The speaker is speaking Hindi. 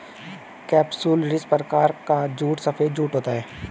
केपसुलरिस प्रकार का जूट सफेद जूट होता है